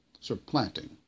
supplanting